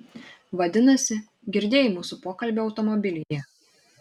vadinasi girdėjai mūsų pokalbį automobilyje